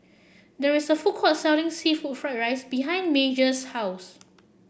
there is a food court selling seafood Fried Rice behind Major's house